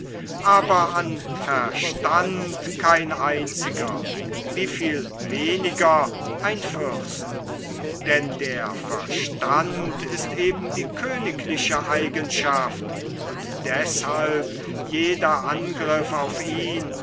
aber an verstand kein einziger wie viel weniger ein fürst denn der verstand ist eben die königliche eigenschaft und deshalb jeder angriff auf ihn